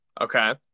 Okay